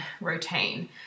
routine